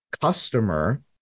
customer